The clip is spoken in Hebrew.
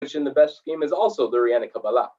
‫המשך הכי טוב הוא גם לוריאנה קבלה.